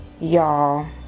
Y'all